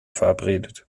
verabredet